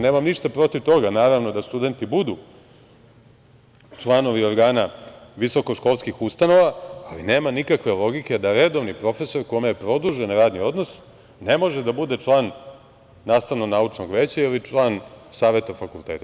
Nemam ništa protiv toga da studenti budu članovi organa visokoškolskih ustanova, ali nema nikakve logike da redovni profesor kome je produžen radni odnos ne može da bude član nastavno-naučnog veća ili član saveta fakulteta.